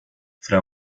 fra